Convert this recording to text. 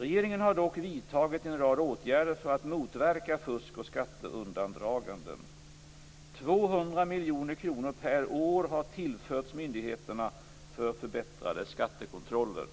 Regeringen har dock vidtagit en rad åtgärder för att motverka fusk och skatteundandraganden. 200 miljoner kronor per år har tillförts myndigheterna för förbättrade skattekontroller.